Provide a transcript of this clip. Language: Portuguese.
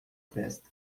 festa